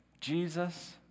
Jesus